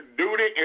duty